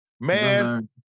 man